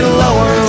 lower